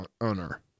owner